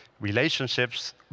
relationships